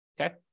okay